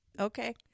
Okay